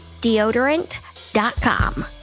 Deodorant.com